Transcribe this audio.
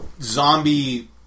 zombie